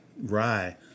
rye